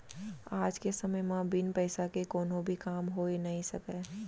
आज के समे म बिन पइसा के कोनो भी काम होइ नइ सकय